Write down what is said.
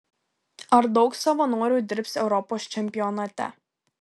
ar daug savanorių dirbs europos čempionate